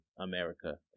America